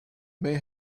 may